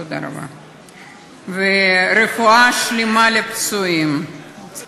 יש שר, יש